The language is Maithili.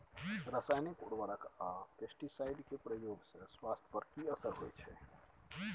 रसायनिक उर्वरक आ पेस्टिसाइड के प्रयोग से स्वास्थ्य पर कि असर होए छै?